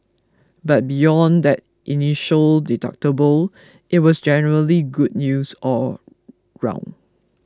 but beyond that initial deductible it was generally good news all round